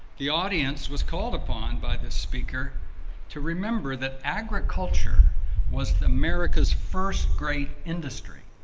the audience was called upon by this speaker to remember that agriculture was america's first great industry,